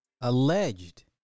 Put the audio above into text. alleged